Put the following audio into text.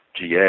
GA